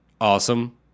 Awesome